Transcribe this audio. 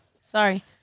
Sorry